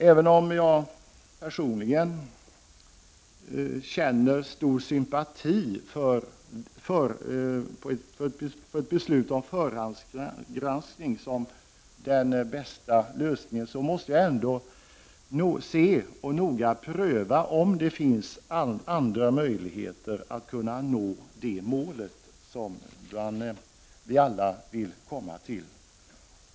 Även om jag personligen känner stor sympati för ett beslut om förhandsgranskning som den bästa lösningen, måste jag ändå se och noga pröva om det finns andra möjligheter att nå detta mål.